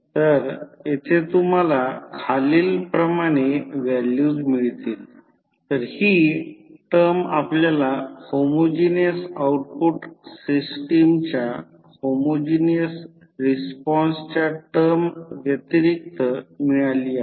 तर येथे तुम्हाला खालील प्रमाणे व्हॅल्यू मिळेल xtL 1sI A 1x0L 1sI A 1BUs φtx00tt τBudτt≥0 तर हि टर्म आपल्याला होमोजिनियस आउटपुट सिस्टमचा होमोजिनियस रिस्पॉन्सच्या टर्म व्यतिरिक्त मिळाली आहे